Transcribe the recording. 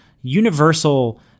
universal